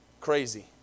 crazy